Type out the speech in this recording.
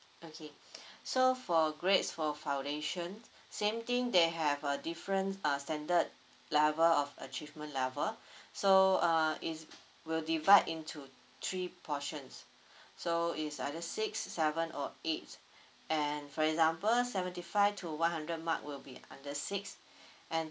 okay so for grades for foundation same thing they have a different uh standard level of achievement level so uh it's will divide into three portions so it's either six seven or eight and for example seventy five to one hundred mark will be under six and